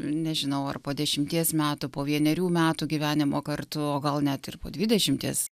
nežinau ar po dešimties metų po vienerių metų gyvenimo kartu o gal net ir po dvidešimties